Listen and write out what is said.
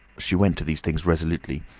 she went to these things resolutely.